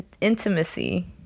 intimacy